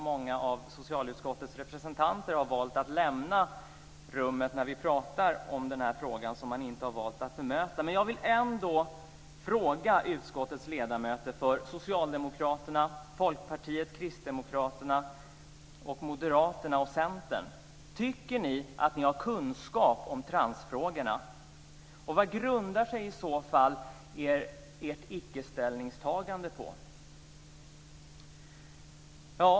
Många av socialutskottets representanter har valt att lämna rummet när vi pratar om den här frågan, som man har valt att inte bemöta. Jag vill ändå fråga utskottets ledamöter från Socialdemokraterna, Folkpartiet, Kristdemokraterna, Moderaterna och Centern: Tycker ni att ni har kunskap om transfrågorna? Vad grundar sig i så fall ert ickeställningstagande på?